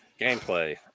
gameplay